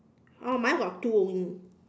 oh mine got two only